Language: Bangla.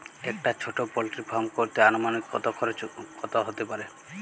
একটা ছোটো পোল্ট্রি ফার্ম করতে আনুমানিক কত খরচ কত হতে পারে?